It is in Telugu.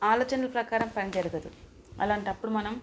ఆలోచనలు ప్రకారం పని జరగదు అలాంటప్పుడు మనం